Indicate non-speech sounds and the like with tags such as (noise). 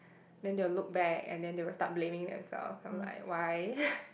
then they'll look back and then they'll start blaming themselves I'll be like why (breath)